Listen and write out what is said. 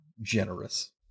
generous